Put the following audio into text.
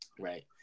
Right